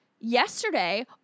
yesterday